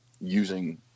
using